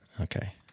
Okay